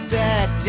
back